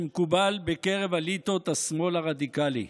שמקובל בקרב אליטות השמאל הרדיקלי.